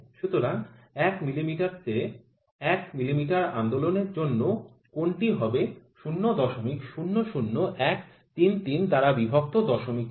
সুতরাং ১ মিমি তে ১ মিমি আন্দোলনের জন্য কোণ টি হবে ০০০১৩৩ দ্বারা বিভক্ত ০৪